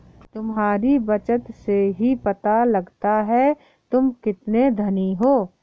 तुम्हारी बचत से ही पता लगता है तुम कितने धनी हो